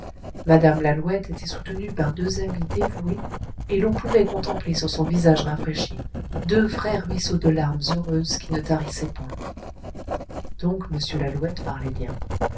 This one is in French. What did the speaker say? académique mme lalouette était soutenue par deux amies dévouées et l'on pouvait contempler sur son visage rafraîchi deux vrais ruisseaux de larmes heureuses qui ne tarissaient point donc m lalouette parlait bien